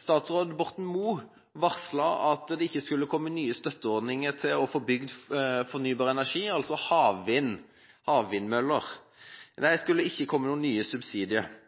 Statsråd Borten Moe varslet at det ikke skulle komme nye støtteordninger for å få bygd fornybar energi, altså havvindmøller. Det skulle ikke komme noen nye subsidier, selv om utbyggerne sier